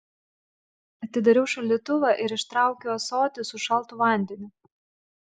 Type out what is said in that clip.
atidariau šaldytuvą ir ištraukiau ąsotį su šaltu vandeniu